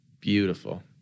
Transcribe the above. Beautiful